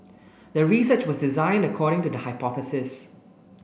the research was designed according to the hypothesis